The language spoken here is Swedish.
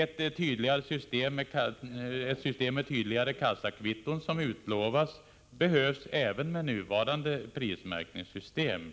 Ett system med tydligare kassakvitton, som utlovas, behövs även med nuvarande prismärkningssystem.